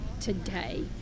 today